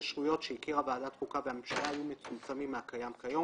ההתקשרויות שהכירה ועדת החוקה והממשלה היו מצומצמים מהקיים כיום